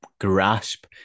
grasp